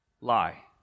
lie